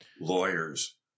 lawyers